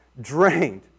drained